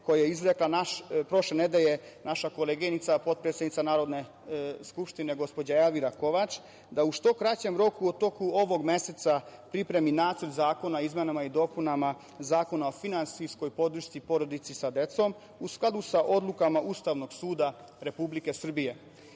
koja je izrekla prošle nedelje naša koleginica, potpredsednica Narodne skupštine, gospođa Elvira Kovač, da u što kraćem roku u toku ovog meseca pripremi Nacrta zakona o izmenama i dopunama Zakona o finansijskoj podršci porodici sa decom, u skladu sa odlukama Ustavnog suda Republike